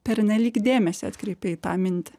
pernelyg dėmesį atkreipia į tą mintį